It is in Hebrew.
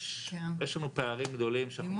יש לנו פערים גדולים שאנחנו פשוט בבעיה.